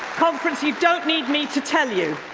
conference, you don't need me to tell you,